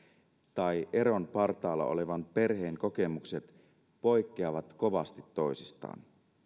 tai eron partaalla olevan perheen kokemukset poikkeavat kovasti toisistaan